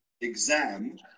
exam